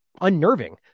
unnerving